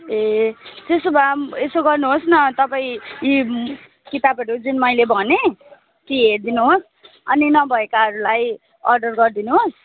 ए त्यसो भए यसो गर्नुहोस् न तपाईँ यी किताबहरू जुन मैले भनेँ ती हेरिदिनुहोस् अनि नभएकाहरूलाई अर्डर गरिदिनुहोस्